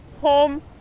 home